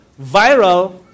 viral